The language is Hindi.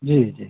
जी जी